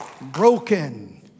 broken